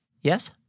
Yes